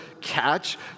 catch